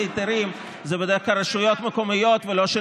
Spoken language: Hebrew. היתרים זה בדרך כלל רשויות מקומיות ולא,